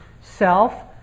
self